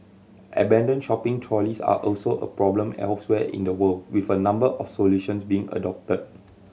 abandoned shopping trolleys are also a problem elsewhere in the world with a number of solutions being adopted